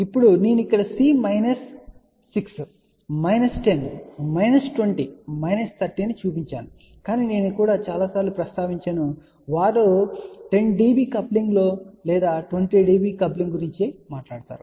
ఇప్పుడు నేను ఇక్కడ C minus 6 minus 10 minus 20 minus 30 ను ఉంచాను కాని నేను కూడా చాలాసార్లు ప్రస్తావించాను వారు 10 dB కప్లింగ్ లేదా 20 dB కప్లింగ్ గురించి మాట్లాడుతారు